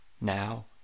now